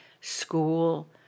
school